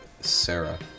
Sarah